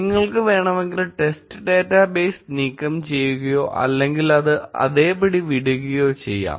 നിങ്ങൾക്ക് വേണമെങ്കിൽ test database നീക്കം ചെയ്യുകയോ അല്ലെങ്കിൽ അത് അതേപടി വിടുകയോ ചെയ്യാം